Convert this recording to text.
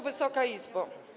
Wysoka Izbo!